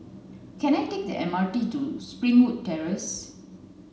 can I take the M R T to Springwood Terrace